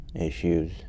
issues